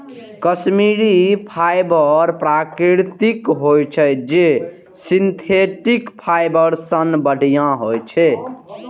Kashmiri fibre प्राकृतिक होइ छै, जे सिंथेटिक फाइबर सं बढ़िया होइ छै